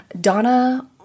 Donna